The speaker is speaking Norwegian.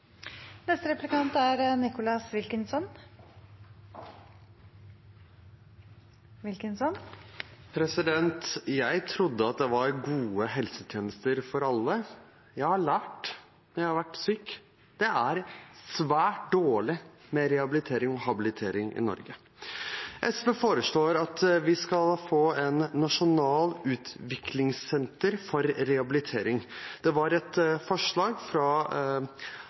Jeg trodde at det var gode helsetjenester for alle. Jeg har lært, når jeg har vært syk, at det er svært dårlig med rehabilitering og habilitering i Norge. SV foreslår at vi skal få et nasjonalt utviklingssenter for rehabilitering. Det var et forslag fra